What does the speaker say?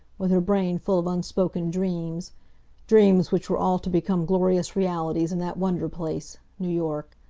with her brain full of unspoken dreams dreams which were all to become glorious realities in that wonder-place, new york.